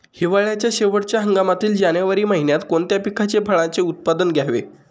हिवाळ्याच्या शेवटच्या हंगामातील जानेवारी महिन्यात कोणत्या पिकाचे, फळांचे उत्पादन घ्यावे?